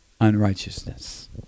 unrighteousness